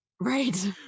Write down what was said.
Right